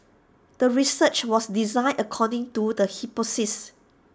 the research was designed according to the hypothesis